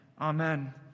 Amen